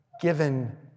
given